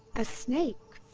a snake!